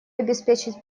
обеспечить